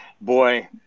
boy